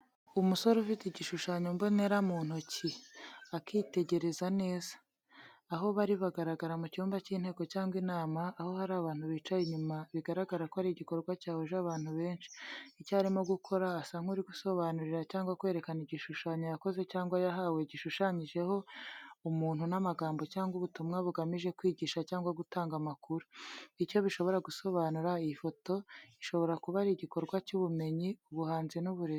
Umusore ufite igishushanyo mbonera (poster) mu ntoki, akitegereza neza. Aho bari: Bagaragara mu cyumba cy’inteko cyangwa inama, aho hari abantu bicaye inyuma, bigaragara ko ari igikorwa cyahuje abantu benshi. Icyo arimo gukora: Asa nk’uri gusobanurira cyangwa kwerekana igishushanyo yakoze cyangwa yahawe, gishushanyije umuntu n’amagambo cyangwa ubutumwa bugamije kwigisha cyangwa gutanga amakuru. Icyo bishobora gusobanura: Iyi foto ishobora kuba ari igikorwa cy’ubumenyi, ubuhanzi, uburezi.